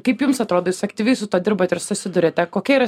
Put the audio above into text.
kaip jums atrodys jūs aktyvi su tuo dirbat ir susiduriate kokia yra